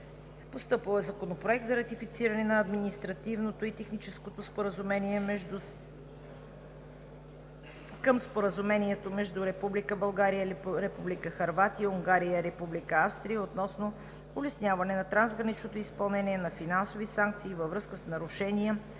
и храните. Законопроект за ратифициране на административното и техническо споразумение към Споразумението между Република България, Република Хърватия, Унгария и Република Австрия относно улесняване на трансграничното изпълнение на финансови санкции във връзка с нарушения